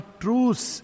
truce